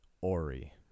Ori